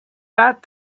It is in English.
that